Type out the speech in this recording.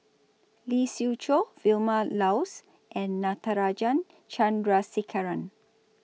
Lee Siew Choh Vilma Laus and Natarajan Chandrasekaran